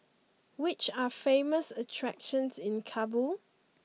which are the famous attractions in Kabul